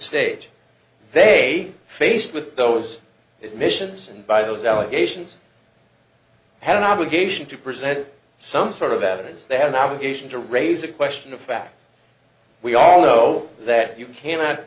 state they faced with those missions and by those allegations had an obligation to present some sort of evidence they have an obligation to raise a question of fact we all know that you cannot